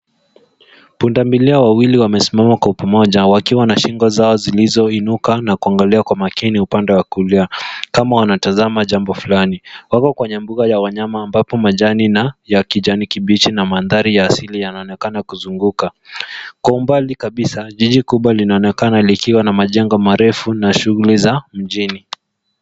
Punda milia wawili wamesimama kwa upamoja wakiwa na shingo zao zilizoinuka na kuangalia kwa makini upande wa kulia kama wanatazama jambo fulani. Wako kwenye mbuga ya wanyama ambapo majani na ya kijani kibichi na mandhari ya asili yanaonekana kuzunguka. Kwa umbali kabisa, jiji kubwa linaonekana likiwa na majengo marefu na shughuli za mjini.